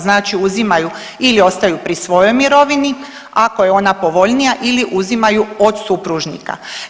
Znači uzimaju ili ostaju pri svojoj mirovini ako je ona povoljnija ili uzimaju od supružnika.